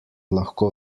lahko